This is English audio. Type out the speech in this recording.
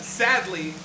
sadly